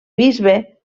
bisbe